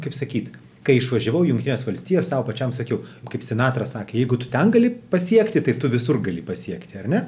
kaip sakyt kai išvažiavau į jungtines valstijas sau pačiam sakiau kaip sinatra sakė jeigu tu ten gali pasiekti tai tu visur gali pasiekti ar ne